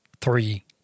three